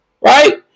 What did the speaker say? right